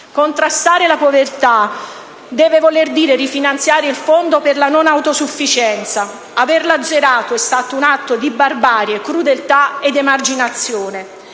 Contrastare la povertà deve voler dire rifinanziare il Fondo per la non autosufficienza. Averlo azzerato è stata un atto di barbarie, crudeltà ed emarginazione.